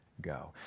go